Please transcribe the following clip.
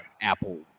Apple